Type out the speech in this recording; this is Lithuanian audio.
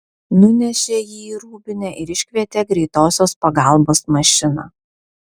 nunešė jį į rūbinę ir iškvietė greitosios pagalbos mašiną